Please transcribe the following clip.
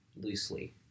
loosely